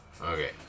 Okay